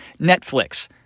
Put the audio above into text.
Netflix